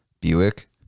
Buick